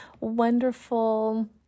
wonderful